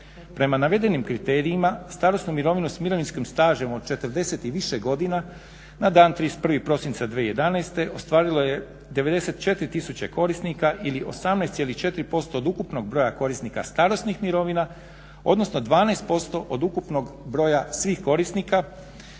Prema navedenim kriterijima starosnu mirovinu s mirovinskim stažem od 40 i više godina na dan 31.prosinca 2011.ostvarilo je 94 tisuće korisnika ili 18,4% od ukupnog broja starosnih mirovina odnosno 12% od ukupnog broja svih korisnika.